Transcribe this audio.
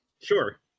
sure